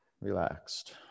Relaxed